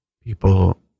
people